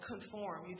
conform